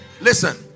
Listen